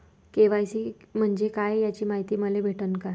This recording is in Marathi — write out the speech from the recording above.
के.वाय.सी म्हंजे काय याची मायती मले भेटन का?